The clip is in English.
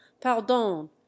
pardon